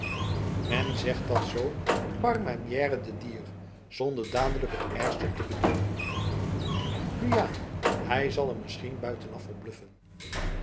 men zegt dat zo par manière de dire zonder dadelijk het ergste te bedoelen nu ja hij zal er misschien buitenaf op bluffenf